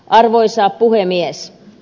arvoisa puhemies